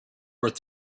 worth